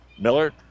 Miller